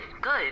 good